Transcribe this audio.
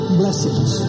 blessings